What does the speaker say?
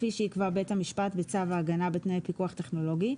כפי שיקבע בית המשפט בצו ההגנה בתנאי פיקוח טכנולוגי,